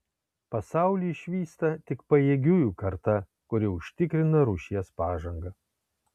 pasaulį išvysta tik pajėgiųjų karta kuri užtikrina rūšies pažangą